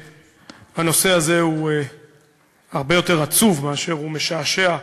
שהנושא הזה הוא הרבה יותר עצוב מאשר משעשע,